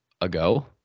ago